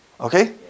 Okay